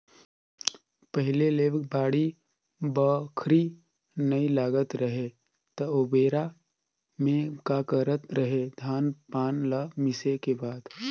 पहिले ले बाड़ी बखरी नइ लगात रहें त ओबेरा में का करत रहें, धान पान ल मिसे के बाद